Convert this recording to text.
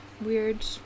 weird